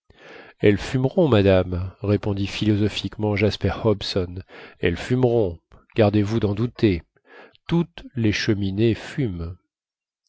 elles fumeront madame répondit philosophiquement jasper hobson elles fumeront gardez-vous d'en douter toutes les cheminées fument